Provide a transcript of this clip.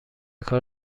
کار